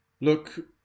Look